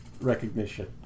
recognition